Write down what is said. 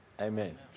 Amen